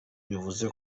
bivuze